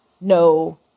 no